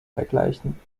vergleichen